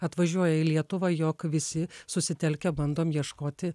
atvažiuoja į lietuvą jog visi susitelkę bandom ieškoti